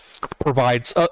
provides